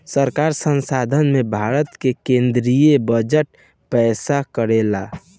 सरकार संसद में भारत के केद्रीय बजट पेस करेला